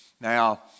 Now